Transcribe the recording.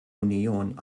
union